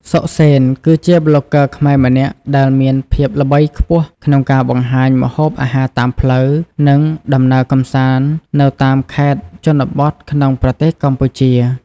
សុខសេន គឺជាប្លុកហ្គើខ្មែរម្នាក់ដែលមានភាពល្បីខ្ពស់ក្នុងការបង្ហាញម្ហូបអាហារតាមផ្លូវ និងដំណើរកម្សាន្តនៅតាមខេត្តជនបទក្នុងប្រទេសកម្ពុជា។